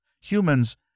humans